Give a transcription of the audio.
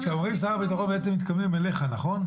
כשאומרים שר הביטחון בעצם מתכוונים אליך, נכון?